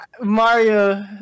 Mario